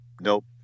nope